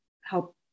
help